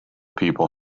people